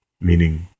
meaning